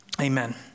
Amen